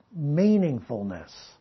meaningfulness